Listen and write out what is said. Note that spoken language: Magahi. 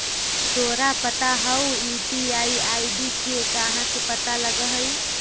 तोरा पता हउ, यू.पी.आई आई.डी के कहाँ से पता लगऽ हइ?